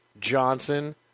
Johnson